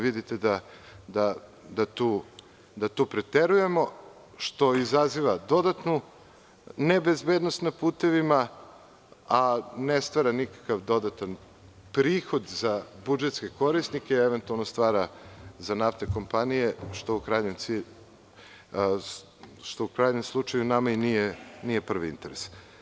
Vidite da tu preterujemo, što izaziva dodatnu nebezbednost na putevima, a ne stvara nikakav dodatan prihod za budžetske korisnike, eventualno stvara za naftne kompanije, što u krajnjem slučaju nama nije prvi interes.